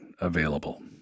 available